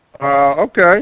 okay